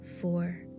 four